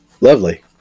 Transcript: Lovely